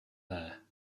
there